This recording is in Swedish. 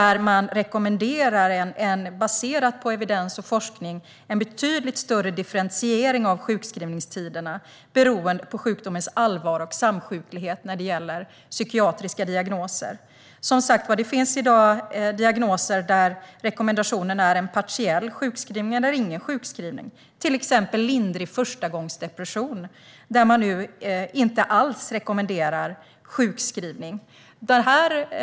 Baserat på evidens och forskning rekommenderar man en betydligt större differentiering av sjukskrivningstiderna, beroende på sjukdomens allvar och samsjuklighet när det gäller psykiatriska diagnoser. Som sagt: Det finns i dag diagnoser där rekommendationen är en partiell sjukskrivning eller ingen sjukskrivning. Detta gäller till exempel lindrig förstagångsdepression, där man nu inte alls rekommenderar sjukskrivning.